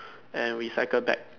and we cycle back